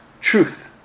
truth